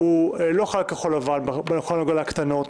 לא חל על כחול לבן בכל הנוגע לקטנות,